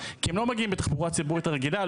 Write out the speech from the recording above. כי הם לא מגיעים בתחבורה הציבורית הרגילה,